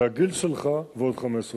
זה הגיל שלך ועוד 15 שנה,